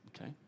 okay